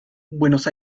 buenos